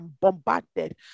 bombarded